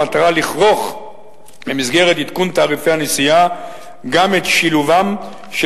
במטרה לכרוך במסגרת עדכון תעריפי הנסיעה גם את שילובם של